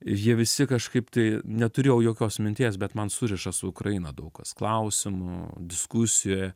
ir jie visi kažkaip tai neturėjau jokios minties bet man suriša su ukraina daug kas klausimų diskusija